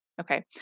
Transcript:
Okay